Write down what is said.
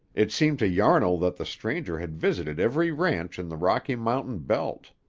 it seemed to yarnall that the stranger had visited every ranch in the rocky mountain belt.